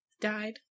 died